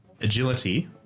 agility